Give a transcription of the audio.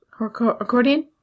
Accordion